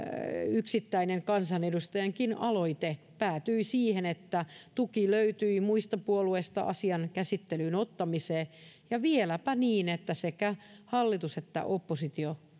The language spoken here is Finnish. yksittäinen kansanedustajankin aloite päätyi siihen että tuki löytyi muista puolueista asian käsittelyyn ottamiseen ja vieläpä niin että sekä hallitus että oppositio